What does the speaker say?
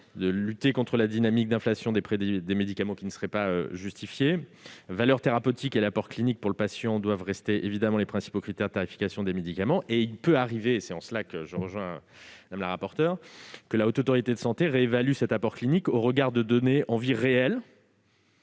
de lutter contre une dynamique d'inflation des prix des médicaments qui ne serait pas justifiée. Valeur thérapeutique et apport clinique pour le patient doivent rester évidemment les principaux critères de tarification des médicaments. Il peut arriver que la Haute Autorité de santé réévalue cet apport clinique au regard de données en vie réelle.